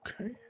Okay